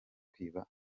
kwiba